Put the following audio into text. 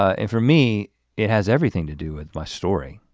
and for me it has everything to do with my story